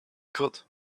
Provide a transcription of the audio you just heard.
could